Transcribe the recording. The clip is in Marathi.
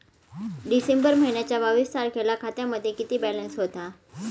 डिसेंबर महिन्याच्या बावीस तारखेला खात्यामध्ये किती बॅलन्स होता?